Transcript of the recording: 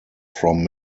from